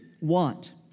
want